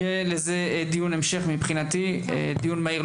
יהיה לזה דיון המשך מבחינתי דיון מהיר,